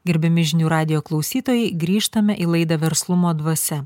gerbiami žinių radijo klausytojai grįžtame į laidą verslumo dvasia